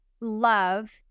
love